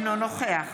בעד